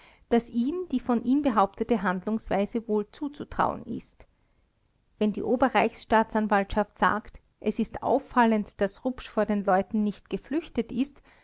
daß ihm die von ihm behauptete handlungsweise wohl zuzutrauen ist wenn die oberreichsanwaltschaft sagt es ist auffallend daß rupsch vor den leuten nicht geflüchtet ist